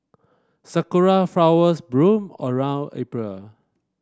sakura flowers bloom around April